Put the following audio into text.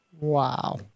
Wow